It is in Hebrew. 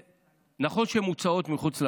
נכון שהן מוצאות מחוץ לבית,